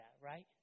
right